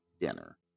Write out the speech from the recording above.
dinner